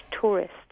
tourists